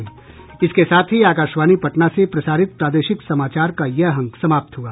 इसके साथ ही आकाशवाणी पटना से प्रसारित प्रादेशिक समाचार का ये अंक समाप्त हुआ